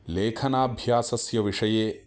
लेखनाभ्यासस्य विषये